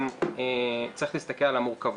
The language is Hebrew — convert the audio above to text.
צריך להסתכל על המורכבות.